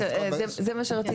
בסדר, זה מה שרציתי.